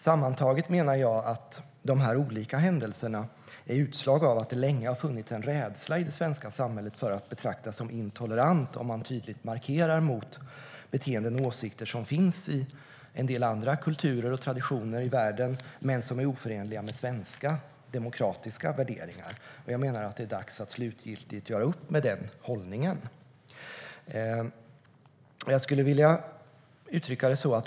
Sammantaget är dessa olika händelser ett utslag av att det länge har funnits en rädsla i det svenska samhället för att uppfattas som intolerant om man tydligt markerar mot beteenden och åsikter som finns i en del andra kulturer och traditioner i världen men som är oförenliga med svenska, demokratiska värderingar. Jag menar att det är dags att slutgiltigt göra upp med den hållningen.